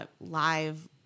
live